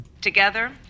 Together